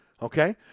Okay